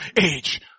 age